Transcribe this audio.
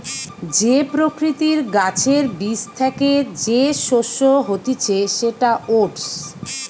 যে প্রকৃতির গাছের বীজ থ্যাকে যে শস্য হতিছে সেটা ওটস